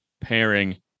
pairing